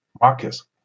Marcus